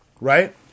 Right